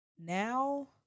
now